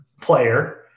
player